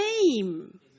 name